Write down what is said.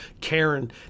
Karen